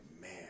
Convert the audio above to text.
man